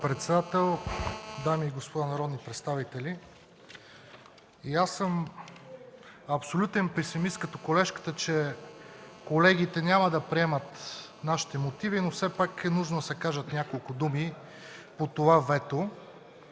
Господин председател, дами и господа народни представители! Аз съм абсолютен песимист, като колежката, че колегите няма да приемат нашите мотиви, но все пак е нужно да се кажат няколко думи по това вето.